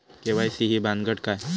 KYC ही भानगड काय?